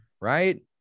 right